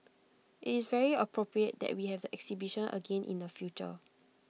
it's very appropriate that we have the exhibition again in the future